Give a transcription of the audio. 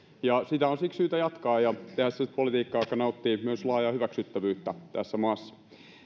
sitä on siksi syytä jatkaa ja tehdä sellaista politiikkaa joka nauttii myös laajaa hyväksyttävyyttä tässä maassa